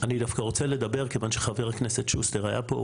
אני דווקא רוצה לדבר כיוון שחבר הכנסת שוסטר היה פה,